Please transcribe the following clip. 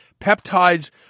peptides